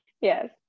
Yes